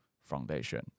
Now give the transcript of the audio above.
Foundation